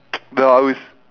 no I would s~